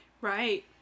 Right